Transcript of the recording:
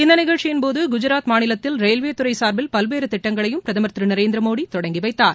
இந்நிகழ்ச்சியின் போது குஜராத் மாநிலத்தில் ரயில்வே துறை சார்பில் பல்வேறு திட்டங்களையும் பிரதமர் திரு நரேந்திர மோடி தொடங்கி வைத்தார்